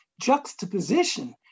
juxtaposition